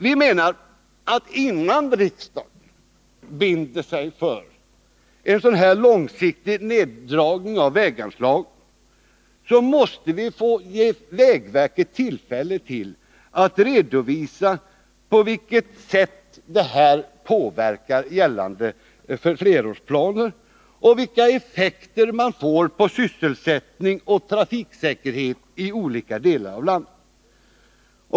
Vi anser att innan riksdagen binder sig för en sådan långsiktig neddragning av väganslagen måste den ge vägverket tillfälle att redovisa på vilket sätt detta skulle påverka gällande flerårsplaner och vilka effekter det skulle få på sysselsättning och trafiksäkerhet i olika delar av landet.